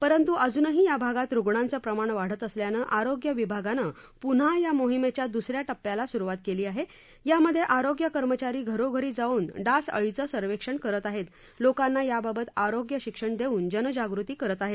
परंतु अजूनही या भागात रुग्णांचं प्रमाण वाढत असल्यानं आरोग्य विभागानं पुन्हा या मोहीमेच्या दुसऱ्या टप्प्याला सुरुवात केली आहे यामध्ये आरोग्य कर्मचारी घरोघरी जाऊन डास अळीचे सर्वेक्षण करीत आहेत लोकांना याबाबत आरोग्य शिक्षण देऊन जनजागृती करत आहेत